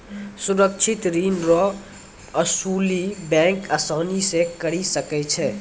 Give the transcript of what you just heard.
सुरक्षित ऋण रो असुली बैंक आसानी से करी सकै छै